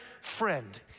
friend